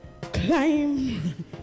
climb